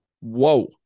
whoa